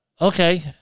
Okay